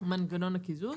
מנגנון הקיזוז